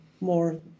more